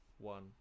one